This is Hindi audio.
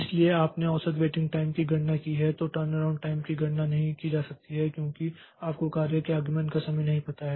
इसलिए आपने औसत वेटिंग टाइम की गणना की है तो टर्नअराउंड टाइम की गणना नहीं की जा सकती है क्योंकि आपको कार्य के आगमन का समय नहीं पता है